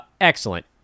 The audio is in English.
excellent